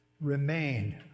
Remain